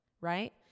right